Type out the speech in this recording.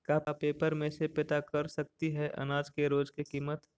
का पेपर में से पता कर सकती है अनाज के रोज के किमत?